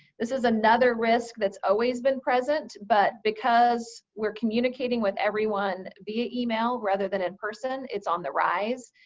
this is another risk that's always been present, but because we're communicating with everyone via email rather than in person, it's on the rise.